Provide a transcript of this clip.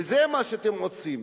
וזה מה שאתם רוצים: